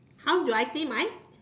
how do I think my